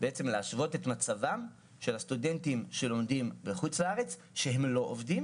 להשוות את מצבם של הסטודנטים שלומדים בחו"ל ולא עובדים